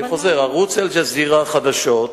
אני חוזר: ערוץ "אל-ג'זירה", חדשות,